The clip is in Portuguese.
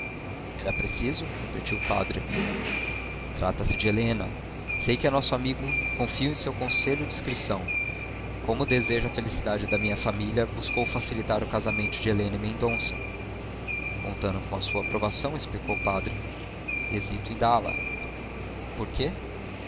era preciso repetiu o padre trata-se de helena sei que é nosso amigo confio em seu conselho e discrição como deseja a felicidade de minha família buscou facilitar o casamento de helena e mendonça contando com a sua aprovação explicou o padre hesito em dá-la por quê